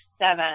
seven